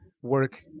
work